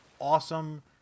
awesome